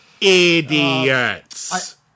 idiots